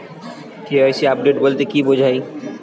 KYC update বলতে কি বোঝায়?